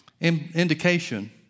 indication